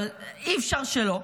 אבל אי-אפשר שלא.